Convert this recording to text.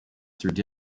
through